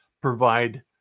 provide